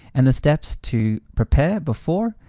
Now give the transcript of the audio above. and the steps to prepare before,